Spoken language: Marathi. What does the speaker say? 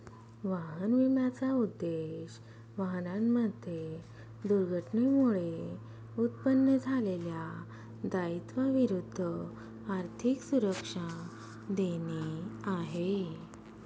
वाहन विम्याचा उद्देश, वाहनांमध्ये दुर्घटनेमुळे उत्पन्न झालेल्या दायित्वा विरुद्ध आर्थिक सुरक्षा देणे आहे